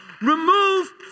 Remove